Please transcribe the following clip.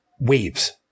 Waves